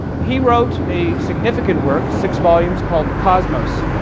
he wrote a significant work, six volumes called the cosmos.